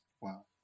Wow